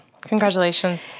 Congratulations